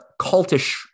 cultish